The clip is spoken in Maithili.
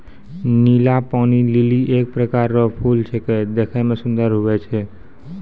नीला पानी लीली एक प्रकार रो फूल छेकै देखै मे सुन्दर हुवै छै